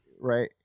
Right